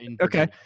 Okay